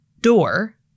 door